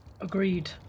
Agreed